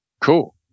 Cool